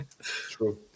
true